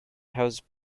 housed